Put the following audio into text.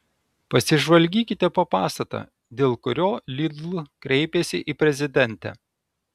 pasižvalgykite po pastatą dėl kurio lidl kreipėsi į prezidentę